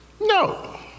No